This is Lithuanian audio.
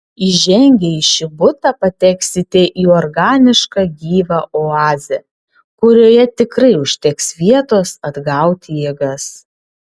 įžengę į šį butą pateksite į organišką gyvą oazę kurioje tikrai užteks vietos atgauti jėgas